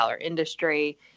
industry